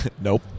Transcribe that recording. Nope